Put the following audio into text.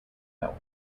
health